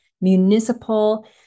municipal